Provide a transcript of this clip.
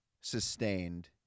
sustained